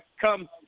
come